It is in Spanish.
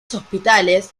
hospitales